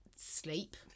Sleep